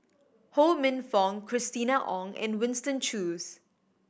Ho Minfong Christina Ong and Winston Choos